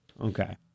Okay